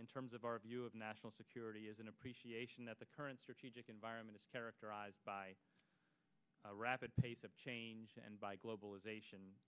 in terms of our view of national security is an appreciation that the current strategic environment is characterized by a rapid pace of change and by globalization